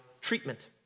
treatment